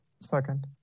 Second